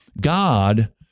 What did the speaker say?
God